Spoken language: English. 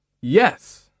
yes